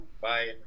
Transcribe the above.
Bye